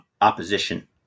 opposition